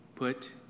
put